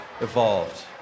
evolved